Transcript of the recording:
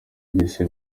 ry’isi